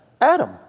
Adam